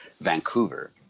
Vancouver